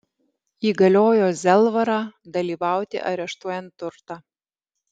įgaliojo zelvarą dalyvauti areštuojant turtą